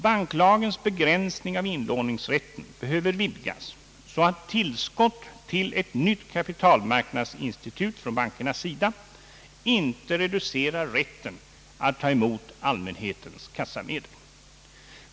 Banklagens begränsning av inlåningsrätten behöver för det första vidgas, så att tillskott till ett nytt kapitalmarknadsinstitut från bankernas sida inte reducerar rätten att ta emot allmänhetens kassamedel.